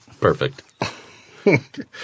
Perfect